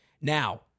Now